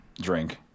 Drink